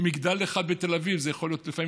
במגדל אחד בתל אביב זה יכול להיות לפעמים